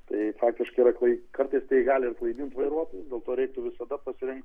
tai faktiškai yra klai kartais tai gali ir klaidint vairuotojus dėl to reiktų visada pasirinkt